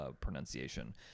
pronunciation